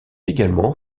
également